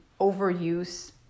overuse